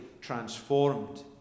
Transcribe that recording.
transformed